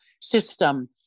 system